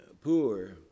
Poor